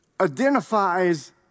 identifies